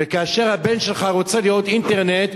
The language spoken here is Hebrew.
וכאשר הבן שלך רוצה לראות אינטרנט,